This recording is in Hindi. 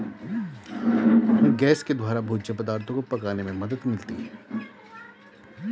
गैस के द्वारा भोज्य पदार्थो को पकाने में मदद मिलती है